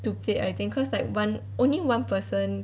stupid I think cause like one only one person